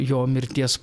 jo mirties